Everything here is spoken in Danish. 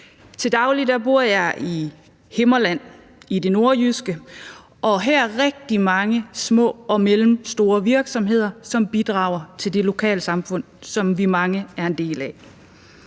Til daglig bor jeg i Himmerland i det nordjyske, og her er rigtig mange små og mellemstore virksomheder, som bidrager til det lokalsamfund, som vi er mange der er en del af.